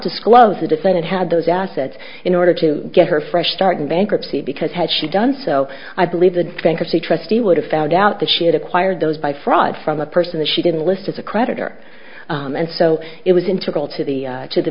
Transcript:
disclose the defendant had those assets in order to get her fresh start in bankruptcy because had she done so i believe the bankruptcy trustee would have found out that she had acquired those by fraud from a person that she didn't list as a creditor and so it was integral to the to the